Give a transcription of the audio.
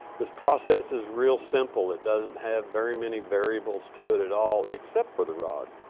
this process is real simple. it doesn't have very many variables to it at all except for the rod.